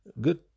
good